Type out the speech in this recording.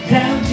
Down